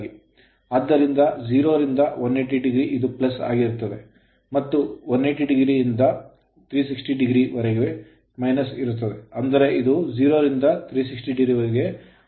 ಆದ್ದರಿಂದ 0 ರಿಂದ 180o ಇದು ಆಗಿರುತ್ತದೆ ಮತ್ತು 180o ರಿಂದ 360o ರವರೆಗೆ ಇರುತ್ತದೆ ಅಂದರೆ ಇದು 0 ರಿಂದ 360o ವರೆಗೆ ಒಂದು ತಿರುಗುವಿಕೆಯನ್ನು ಪೂರ್ಣಗೊಳಿಸುತ್ತದೆ